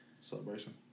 celebration